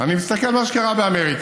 אני מסתכל על מה שקרה באמריקה,